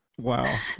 wow